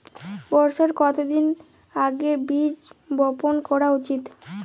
বর্ষার কতদিন আগে বীজ বপন করা উচিৎ?